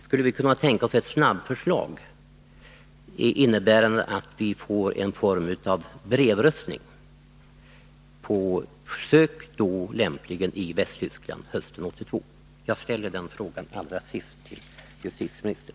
Skulle vi kunna tänka oss ett snabbförslag innebärande att vi får någon form av brevröstning, på försök då lämpligen i Västtyskland hösten 1982? Jag vill allra sist ställa den frågan till justitieministern.